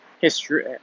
history